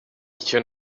icyo